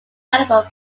available